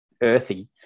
earthy